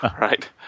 Right